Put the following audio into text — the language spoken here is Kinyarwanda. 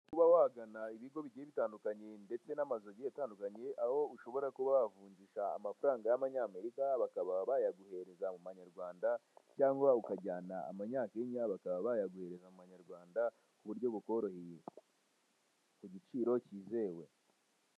Kuba wagana ibigo bigiye bitandukanye ndetse n'amazu agiye atandukanye aho ushobora kuba wavunjisha amafaranga y'amanyamerika bakaba bayaguhereza mu manyarwanda, cyangwa ukajyana amanyakenya bakaba bayaguha mu manyarwanda mu buryo bukoroheye kugiciro cyizewe.